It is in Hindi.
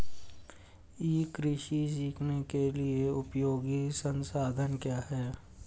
ई कृषि सीखने के लिए उपयोगी संसाधन क्या हैं?